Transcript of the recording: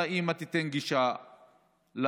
בטח האימא תיתן גישה לבעל,